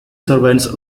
servants